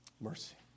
Mercy